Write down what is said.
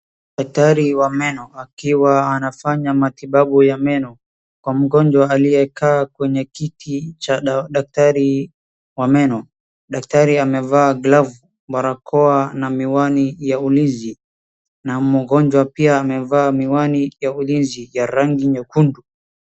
Daktari wa meno akiwa anafanya matibabu ya meno kwa mgonjwa aliyekaa kwenye kiti cha daktari wa meno. Daktari amevaa glavu, barakoa na miwani ya ulinzi na mgonjwa pia amevaa miwani ya ulinzi ya rangi nyekundu.